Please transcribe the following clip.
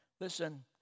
Listen